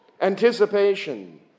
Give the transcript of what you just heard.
anticipation